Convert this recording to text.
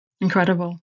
Incredible